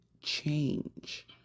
change